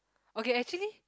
okay actually